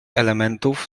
elementów